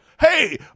hey